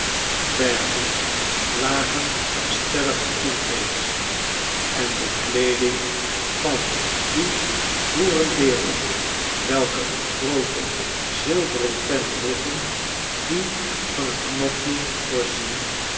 bergen lagen er stellig toen reeds en de kleeding van die boerendeernen welke een groote zilveren pen droegen die van een knopje voorzien